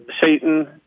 Satan